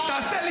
איזה מספר זה?